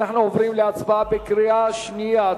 אנחנו עוברים להצבעה בקריאה שנייה,